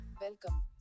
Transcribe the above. welcome